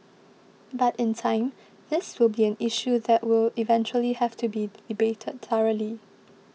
but in time this will be an issue that will eventually have to be debated thoroughly